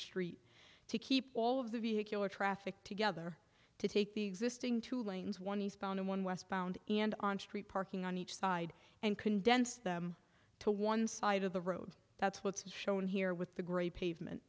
street to keep all of the vehicular traffic together to take the existing two lanes one eastbound and one westbound on street parking on each side and condense them to one side of the road that's what's shown here with the gray pavement